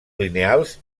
lineals